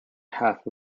half